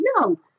no